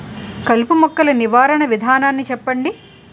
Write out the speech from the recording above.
కలుపు మొక్కలు నివారణ విధానాన్ని చెప్పండి?